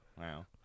Wow